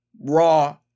Raw